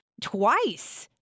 twice